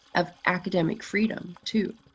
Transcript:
of academic freedom too.